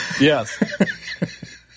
Yes